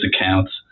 accounts